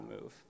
move